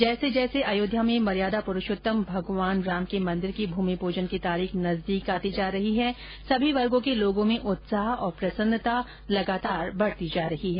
जैसे जैसे अयोध्या में मर्यादा पुरुषोत्तम भगवान श्री राम के मंदिर की भूमि पूजन की तारीख नजदीक आती जा रही है सभी वर्गो के लोगो में उत्साह और प्रसन्नता लगातार बढ़ती जा रही है